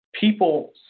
people